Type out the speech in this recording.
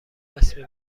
رسمی